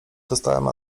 dostałem